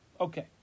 Okay